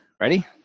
Ready